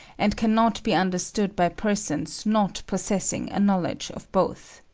and cannot be understood by persons not possessing a knowledge of both.